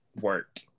work